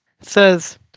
says